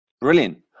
Brilliant